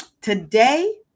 today